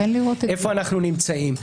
איפה אנחנו נמצאים.